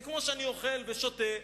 זה כמו שאני אוכל ושותה,